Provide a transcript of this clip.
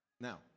Now